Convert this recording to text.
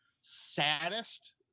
saddest